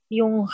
yung